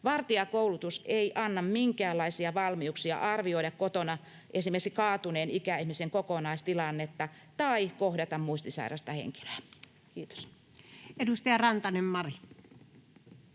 Vartijakoulutus ei anna minkäänlaisia valmiuksia arvioida esimerkiksi kotona kaatuneen ikäihmisen kokonaistilannetta tai kohdata muistisairasta henkilöä. — Kiitos. [Speech 125]